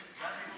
קבוצת סיעת מרצ,